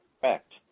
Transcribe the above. correct